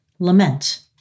Lament